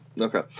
Okay